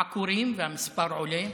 עקורים והמספר עולה,